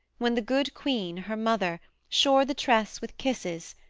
when the good queen, her mother, shore the tress with kisses,